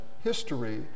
history